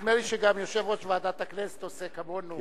נדמה לי שגם יושב-ראש ועדת הכנסת עושה כמונו,